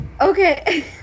Okay